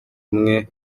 umwe